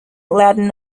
latin